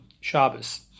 Shabbos